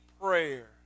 prayer